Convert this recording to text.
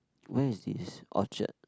where is this Orchard